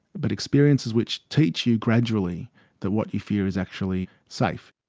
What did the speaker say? but experiences which teach you gradually that what you fear is actually safe.